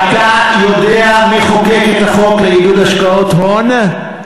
אתה יודע מי חוקק את החוק לעידוד השקעות הון?